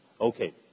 Okay